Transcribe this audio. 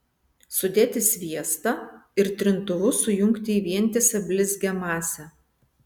sudėti sviestą ir trintuvu sujungti į vientisą blizgią masę